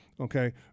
Okay